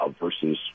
versus